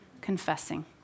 confessing